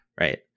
right